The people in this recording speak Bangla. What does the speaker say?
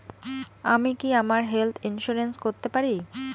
আমি কি আমার হেলথ ইন্সুরেন্স করতে পারি?